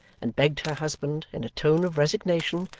and begged her husband, in a tone of resignation,